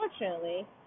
Unfortunately